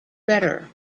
better